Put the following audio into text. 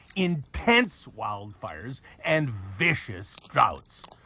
intense wildfires, and vicious droughts.